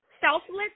selfless